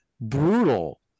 brutal